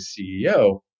CEO